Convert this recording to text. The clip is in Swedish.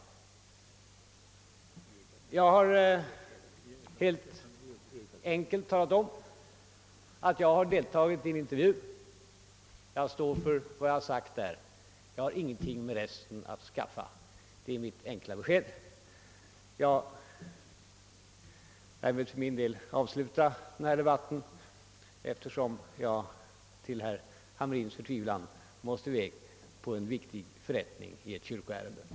Jag har helt enkelt talat om att jag deltagit i en intervju. Det står jag som sagt för. Jag har ingenting med resten att skaffa. Det är mitt enkla besked. Jag vill för min del avsluta denna debatt, därför att jag till herr Hamrins i Jönköping förtvivlan måste i väg till en viktig förrättning i ett kyrkoärende.